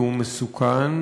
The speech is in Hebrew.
והוא מסוכן,